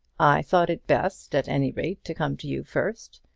i thought it best, at any rate, to come to you first.